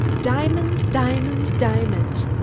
diamonds! diamonds! diamonds!